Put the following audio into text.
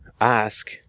ask